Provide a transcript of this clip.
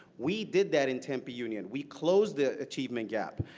we did that in tempe union. we closed the achievement gap.